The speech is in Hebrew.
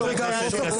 חבר הכנסת כסיף,